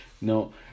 no